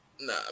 Nah